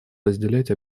расширять